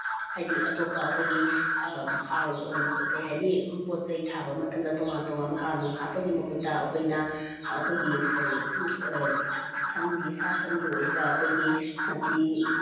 ꯍꯥꯏꯗꯤ ꯑꯇꯣꯞꯄ ꯑꯩꯈꯣꯏꯒꯤ ꯍꯥꯔ ꯀꯔꯤ ꯍꯥꯏꯅꯤ ꯄꯣꯠ ꯆꯩ ꯊꯥꯕ ꯃꯇꯝꯗ ꯇꯣꯉꯥꯟ ꯇꯣꯉꯥꯟꯕ ꯍꯥꯔ ꯅꯨꯡ ꯍꯥꯞꯄꯒꯤ ꯃꯍꯨꯠꯇ ꯑꯩꯈꯣꯏꯅ ꯑꯩꯈꯣꯏꯒꯤ ꯀꯔꯤ ꯁꯟꯒꯤ ꯁꯥ ꯁꯟꯒꯤ ꯑꯣꯏꯕ ꯑꯩꯈꯣꯏꯒꯤ ꯁꯟꯊꯤ